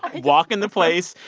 walk in the place,